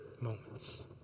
moments